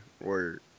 Word